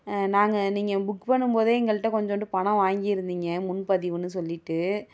நாங்கள் நீங்கள் புக் பண்ணும் போதே எங்கள்கிட்ட கொஞ்சுண்டு பணம் வாங்கியிருந்தீங்க முன்பதிவுன்னு சொல்லிகிட்டு